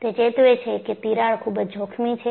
તે ચેતવે છે કે તિરાડ ખુબ જ જોખમી છે